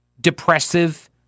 depressive